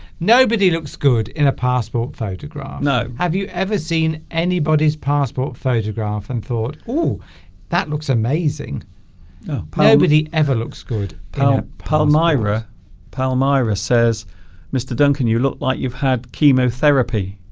nobody looks good in a passport photograph no have you ever seen anybody's passport photograph and thought oh that looks amazing probably ever looks good palmyra palmyra says mr duncan you look like you've had chemotherapy